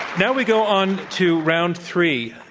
now we go on to round three.